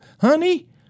Honey